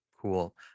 Cool